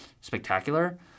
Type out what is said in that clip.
spectacular